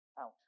out